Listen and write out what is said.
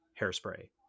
hairspray